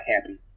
happy